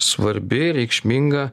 svarbi reikšminga